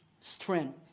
strength